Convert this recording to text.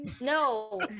no